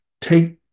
Take